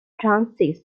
transit